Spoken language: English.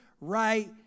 right